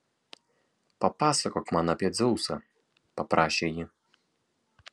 papasakok man apie dzeusą paprašė ji